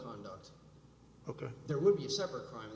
conduct ok there would be a separate crime